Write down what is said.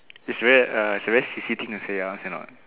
it's very uh it's a very sissy thing to say ah cannot